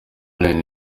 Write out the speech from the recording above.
alain